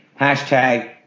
Hashtag